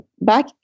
back